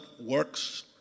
works